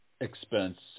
expense